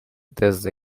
desde